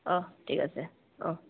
অঁ ঠিক আছে অঁ